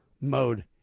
mode